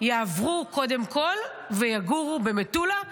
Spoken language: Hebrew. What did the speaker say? יעברו קודם כול ויגורו במטולה,